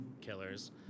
killers